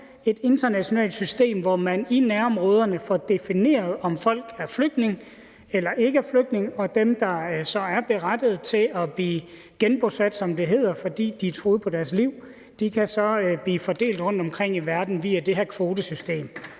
et internationalt system, hvor man i nærområderne får defineret, om folk er flygtninge eller ikke er flygtninge, og dem, der så er berettiget til at blive genbosat, som det hedder, fordi de er truet på deres liv, kan så blive fordelt rundtomkring i verden via det her kvotesystem.